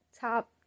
top